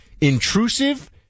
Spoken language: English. intrusive